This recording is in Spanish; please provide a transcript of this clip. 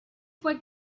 fue